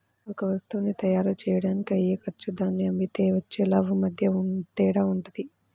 ఒక వత్తువుని తయ్యారుజెయ్యడానికి అయ్యే ఖర్చు దాన్ని అమ్మితే వచ్చే లాభం మధ్య తేడా వుంటది